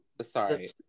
Sorry